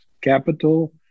capital